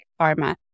pharma